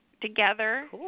together